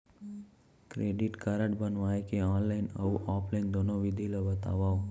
Credit card बनवाए के online अऊ ऑफलाइन दुनो विधि ला बतावव?